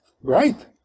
Right